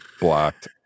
Blocked